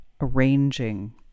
arranging